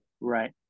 Right